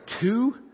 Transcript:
two